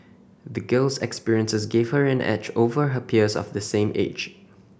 the girl's experiences gave her an edge over her peers of the same age